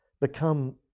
become